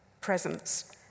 presence